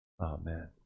Amen